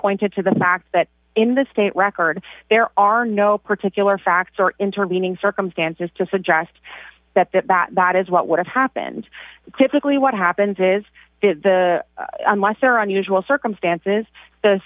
pointed to the fact that in the state record there are no particular facts or intervening circumstances to suggest that that that that is what would have happened typically what happens is the lesser on usual circumstances the